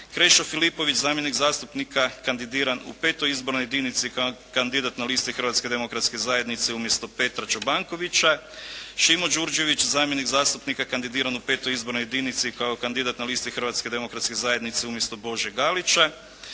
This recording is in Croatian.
Krešo Filipović zamjenik zastupnika kandidiran u V. izbornoj jedinici kao kandidat na listi Hrvatske demokratske zajednice umjesto Petra Čobankovića, Šimo Đurđević zamjenik zastupnika kandidiran u V. izbornoj jedinici kao kandidat na listi Hrvatske demokratske